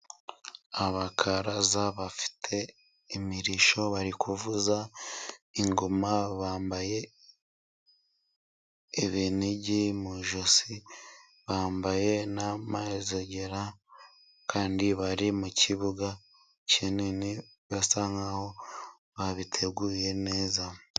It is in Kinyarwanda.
Abakaraza bafite imirishyo bari kuvuza ingoma bambaye ibinigi mu ijosi, bambaye n'inzogera, kandi bari mu kibuga kinini basa nkaho babiteguye neza.